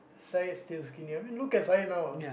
Zaid still skinnier I mean look at Zaid now ah